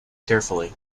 carefully